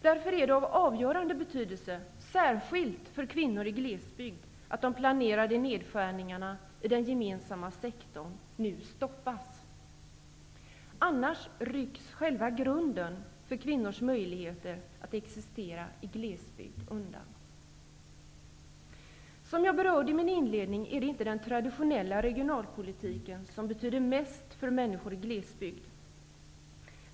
Därför är det av avgörande betydelse särskilt för kvinnor i glesbygd att de planerade nedskärningarna i den gemensamma sektorn nu stoppas. Annars rycker man ju undan själva grunden för kvinnors möjligheter att existera i glesbygd. Som jag berörde inledningsvis är det inte den traditionella regionalpolitiken som betyder mest för människor i glesbygd.